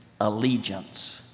allegiance